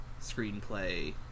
screenplay